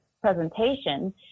presentation